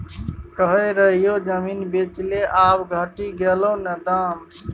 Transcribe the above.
कहय रहियौ जमीन बेच ले आब घटि गेलौ न दाम